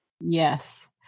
Yes